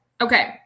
Okay